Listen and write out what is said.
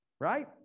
right